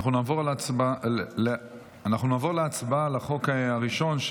אנחנו נעבור להצבעה על החוק הראשון,